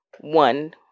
one